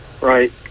Right